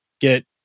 get